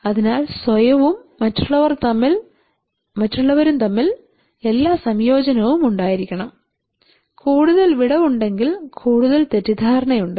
അതിനാൽ സ്വയവും മറ്റുള്ളവരും തമ്മിൽ എല്ലാ സംയോജനവും ഉണ്ടായിരിക്കണം കൂടുതൽ വിടവ് ഉണ്ടെങ്കിൽ കൂടുതൽ തെറ്റിദ്ധാരണയുണ്ട്